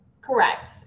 Correct